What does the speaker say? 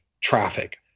traffic